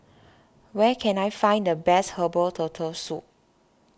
where can I find the best Herbal Turtle Soup